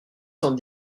cent